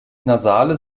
nasale